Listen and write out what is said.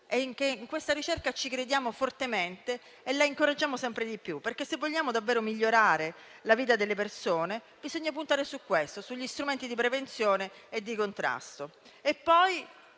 sulla ricerca. Crediamo fortemente nella ricerca e la incoraggiamo sempre di più, perché, se vogliamo davvero migliorare la vita delle persone, bisogna puntare sugli strumenti di prevenzione e di contrasto.